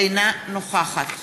אינה נוכחת